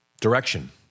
Direction